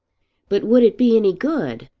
but would it be any good?